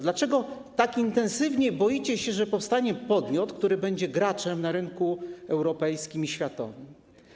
Dlaczego tak intensywnie boicie się, że powstanie podmiot, który będzie graczem na rynku europejskim i światowym?